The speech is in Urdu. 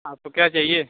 آپ کو کیا چاہیے